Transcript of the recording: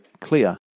clear